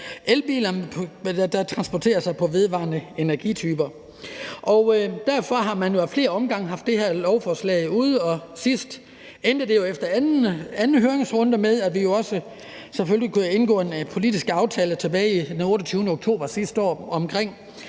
elbiler, der kører på vedvarende energityper. Derfor har man jo ad flere omgange haft det her lovforslag ude, og sidst endte det efter anden høringsrunde med, at vi selvfølgelig tilbage den 28. oktober sidste år kunne